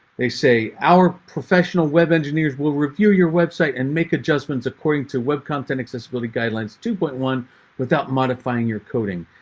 they say our professional web engineers will review your website and make adjustments according to web content accessibility guidelines two point one without modifying your coding?